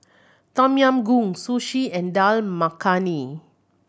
Tom Yam Goong Sushi and Dal Makhani